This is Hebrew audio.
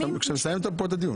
כשנסיים פה את הדיון.